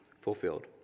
fulfilled